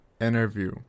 interview